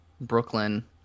brooklyn